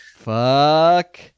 Fuck